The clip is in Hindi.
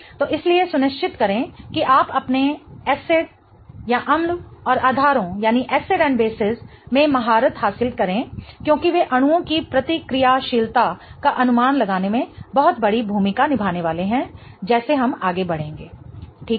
तो इसीलिए सुनिश्चित करें कि आप अपने एसिड अम्ल और आधारों में महारत हासिल करें क्योंकि वे अणुओं की प्रतिक्रियाशीलता का अनुमान लगाने में बहुत बड़ी भूमिका निभाने वाले हैं जैसे हम आगे बढ़ेंगे ठीक है